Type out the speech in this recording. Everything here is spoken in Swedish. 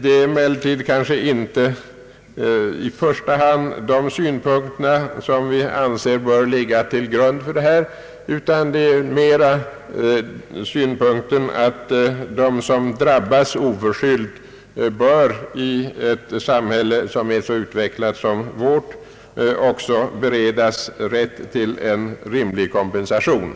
Det är emellertid inte i första hand sådana synpunkter som vi anser bör ligga till grund för bedömningen av denna fråga, utan snarare synpunkten att de som drabbas oförskyllt bör i ett samhälle som är så utvecklat som vårt också beredas rätt till en rimlig kompensation.